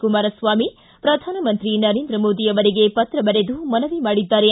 ಕುಮಾರಸ್ವಾಮಿ ಪ್ರಧಾನಮಂತ್ರಿ ನರೇಂದ್ರ ಮೋದಿ ಅವರಿಗೆ ಪತ್ರ ಬರೆದು ಮನವಿ ಮಾಡಿದ್ದಾರೆ